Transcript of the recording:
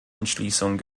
entschließung